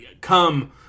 come